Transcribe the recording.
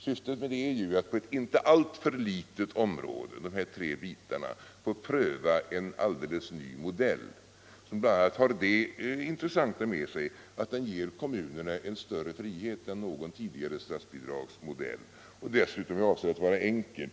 Syftet är ju att på ett inte alltför litet område — de här tre bitarna — få pröva en alldeles ny modell som bl.a. för det intressanta med sig att den ger kommunerna större frihet än någon tidigare statsbidragsmodell och dessutom är avsedd att vara enkel.